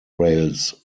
rails